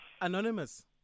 anonymous